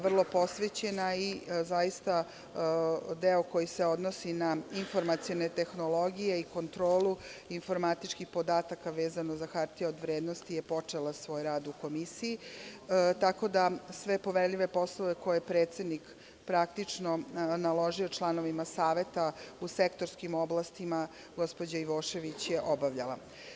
Vrlo je posvećena i zaista delom koji se odnosi na informacione tehnologije i kontrolu informatičkih podataka vezano za hartije od vrednosti je počela svoj rad u Komisiji, tako da sve poverljive poslove koje je predsednik Komisije naložio članovima Saveta u sektorskim oblastima gospođa Ivošević je obavljala.